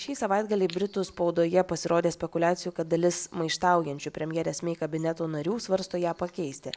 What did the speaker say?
šį savaitgalį britų spaudoje pasirodė spekuliacijų kad dalis maištaujančių premjerės mei kabineto narių svarsto ją pakeisti